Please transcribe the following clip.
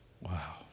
Wow